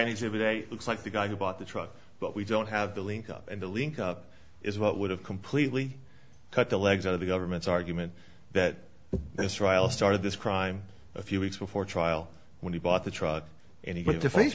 day looks like the guy who bought the truck but we don't have the link up and the link up is what would have completely cut the legs out of the government's argument that this trial started this crime a few weeks before trial when he bought the truck and he went to face